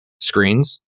screens